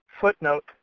Footnote